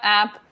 app